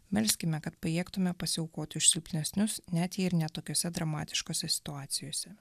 melskime kad pajėgtume pasiaukoti už silpnesnius net jei ir ne tokiose dramatiškose situacijose